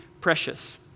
precious